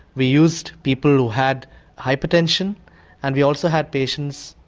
we used people who had hypertension and we also had patients,